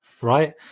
Right